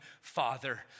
Father